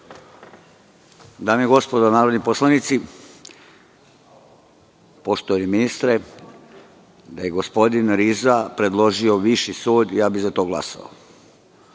Dame i gospodo narodni poslanici, poštovani ministre, da je gospodin Riza predložio viši sud, ja bih za to glasao.